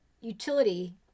utility